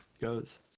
goes